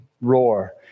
roar